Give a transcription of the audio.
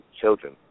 children